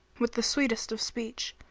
with the sweetest of speech,